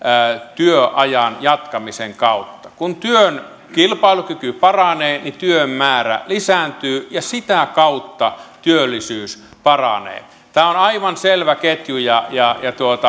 työajan jatkamisen kautta kun työn kilpailukyky paranee niin työn määrä lisääntyy ja sitä kautta työllisyys paranee tämä on aivan selvä ketju ja ja